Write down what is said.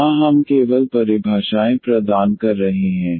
यहाँ हम केवल परिभाषाएँ प्रदान कर रहे हैं